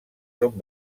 són